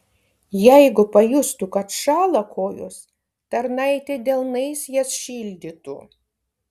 jeigu pajustų kad šąla kojos tarnaitė delnais jas šildytų